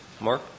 Mark